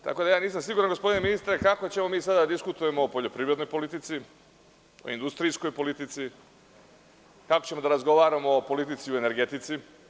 Tako da nisam siguran, gospodine ministre, kako ćemo mi sada da diskutujemo o poljoprivrednoj politici, o industrijskoj politici, kad ćemo da razgovaramo o politici u energetici?